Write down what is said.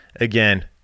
again